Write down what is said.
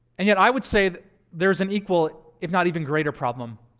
and yet, i would say there's an equal, if not even greater, problem.